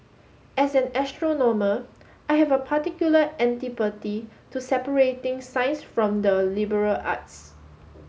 as an astronomer I have a particular antipathy to separating science from the liberal arts